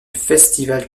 festival